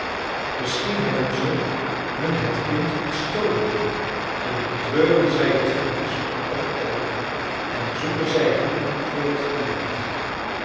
misschien hebben ze hun het kind ontstolen en betreuren zij het verlies nog altijd en zoeken zij hem voortdurend